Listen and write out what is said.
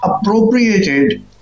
appropriated